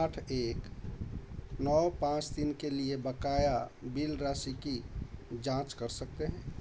आठ एक नौ पाँच तीन के लिए बक़ाया बिल राशि की जाँच कर सकते हैं